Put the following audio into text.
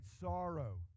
sorrow